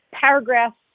paragraphs